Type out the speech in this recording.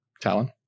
Talon